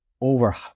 over